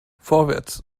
vorwärts